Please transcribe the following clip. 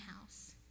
House